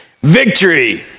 Victory